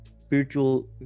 spiritual